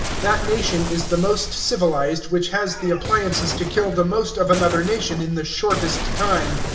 that nation is the most civilized which has the appliances to kill the most of another nation in the shortest time.